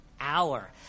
hour